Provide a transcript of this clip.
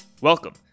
Welcome